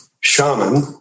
shaman